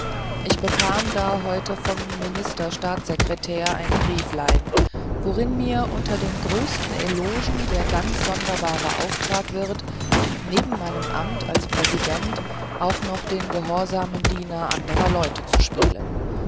ich bekam da heute vom minister staatssekretär ein brieflein worin mir unter den größten elogen der ganz sonderbare auftrag wird neben meinem amt als präsident auch noch den gehorsamen diener anderer leute zu spielen